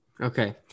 Okay